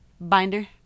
binder